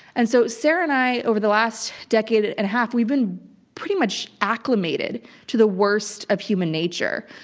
and so sarah and i, over the last decade and a half, we've been pretty much acclimated to the worst of human nature.